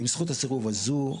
עם זכות הסירוב הזו,